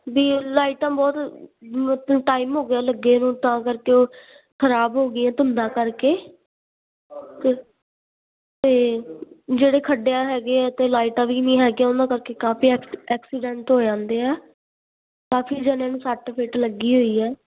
ਬਈ ਲਾਈਟਾਂ ਬਹੁਤ ਮਤਲਬ ਟਾਈਮ ਹੋ ਗਿਆ ਲੱਗੇ ਨੂੰ ਤਾਂ ਕਰਕੇ ਖ਼ਰਾਬ ਹੋ ਗਈ ਹੈ ਧੁੰਦਾਂ ਕਰਕੇ ਅਤੇ ਜਿਹੜੇ ਖੱਡਿਆਂ ਹੈਗੇ ਆ ਅਤੇ ਲਾਈਟਾਂ ਵੀ ਨਹੀਂ ਹੈਗੀਆਂ ਉਹਨਾਂ ਕਰਕੇ ਕਾਫੀ ਐਕਸੀ ਐਕਸੀਡੈਂਟ ਹੋ ਜਾਂਦੇ ਆ ਕਾਫੀ ਜਣਿਆਂ ਨੂੰ ਸੱਟ ਫਿੱਟ ਲੱਗੀ ਹੋਈ ਹੈ